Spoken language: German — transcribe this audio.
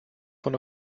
von